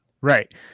Right